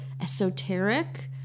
esoteric